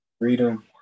Freedom